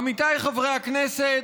עמיתיי חברי הכנסת,